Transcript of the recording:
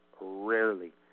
rarely